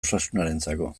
osasunarentzako